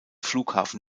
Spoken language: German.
flughafen